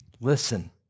Listen